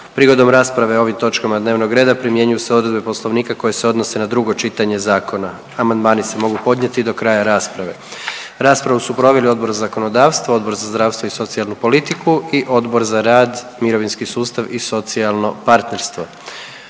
Prigodom rasprave o ovim točkama dnevnog reda primjenjuju se odredbe poslovnika koje se odnose na drugo čitanje zakona. Amandmani se mogu podnijeti do kraja rasprave. Raspravu su proveli Odbor za zakonodavstvo, Odbor za zdravstvo i socijalnu politiku i Odbor za rad, mirovinski sustav i socijalno partnerstvo.